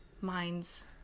minds